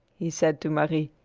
he said to marie.